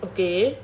okay